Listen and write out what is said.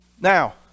Now